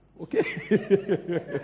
okay